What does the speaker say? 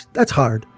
that's hard.